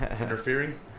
interfering